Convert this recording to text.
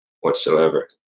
whatsoever